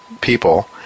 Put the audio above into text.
people